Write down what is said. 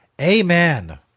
Amen